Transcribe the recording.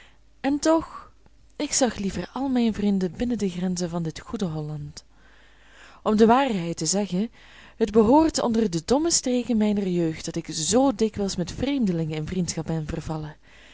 en toch ik zag liever al mijne vrienden binnen de grenzen van dit goede holland om de waarheid te zeggen het behoort onder de domme streken mijner jeugd dat ik zoo dikwijls met vreemdelingen in vriendschap ben vervallen